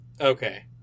Okay